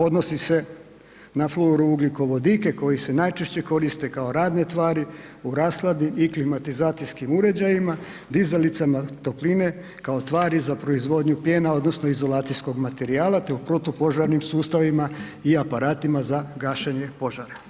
Odnose se na fluorougljikovodike koji se najčešće koriste kao radne tvari u rashladnim i klimatizacijskim uređajima, dizalicama topline kao tvari za proizvodnju pjena odnosno izolacijskog materijala te u protupožarnim sustavima i aparatima za gašenje požara.